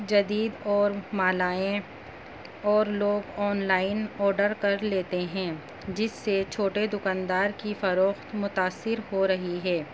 جدید اور مالائیں اور لوگ آن لائن آڈر کر لیتے ہیں جس سے چھوٹے دکاندار کی فروخت متاثر ہو رہی ہے